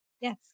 Yes